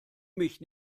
mich